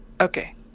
Okay